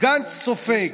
גנץ סופג.